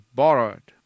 borrowed